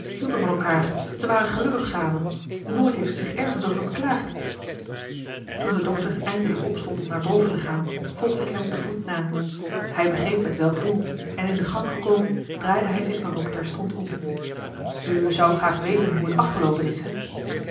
van elkaar ze waren gelukkig samen nooit heeft ze zich ergens over beklaagd toen de dokter eindelijk opstond om naar boven te gaan volgde ik hem op de voet na hij begreep met welk doel en in de gang gekomen draaide hij zich dan ook terstond om u zou graag weten hoe t afgeloopen is hè